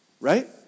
Right